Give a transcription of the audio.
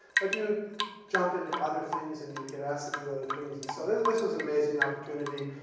but you jump into other things and you get asked to do other things. and so this was an amazing opportunity.